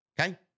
okay